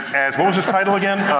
and what was his title again?